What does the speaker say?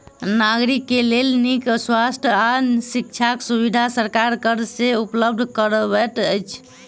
नागरिक के लेल नीक स्वास्थ्य आ शिक्षाक सुविधा सरकार कर से उपलब्ध करबैत अछि